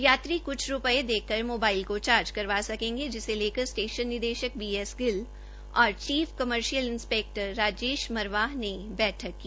यात्री कुछ रूपए देकर मोबाइल को चार्ज करवा सकेंगे जिसे लेकर स्टेशन निदेशक बी एस गिल और chief commercial inspector Rajesh Marwah ने बैठक की